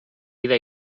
vida